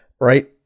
right